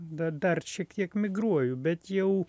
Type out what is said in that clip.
da dar šiek tiek migruoju bet jau